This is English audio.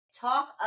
Talk